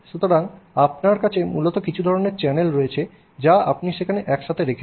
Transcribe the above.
সুতরাং আপনার কাছে মূলত কিছু ধরনের চ্যানেল রয়েছে যা আপনি সেখানে একসাথে রেখেছেন